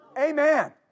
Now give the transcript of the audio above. Amen